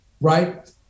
right